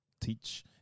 teach